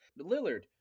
Lillard